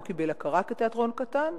הוא לא קיבל הכרה כתיאטרון קטן,